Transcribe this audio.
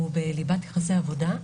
שהוא בליבת יחסי העבודה,